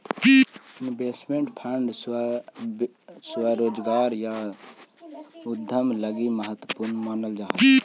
investment fund स्वरोजगार या उद्यम लगी महत्वपूर्ण मानल जा हई